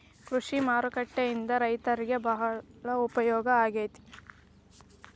ಕೃಷಿ ಮಾರುಕಟ್ಟೆಗಳಿಂದ ರೈತರಿಗೆ ಬಾಳ ಉಪಯೋಗ ಆಗೆತಿ